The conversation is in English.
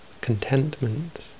contentment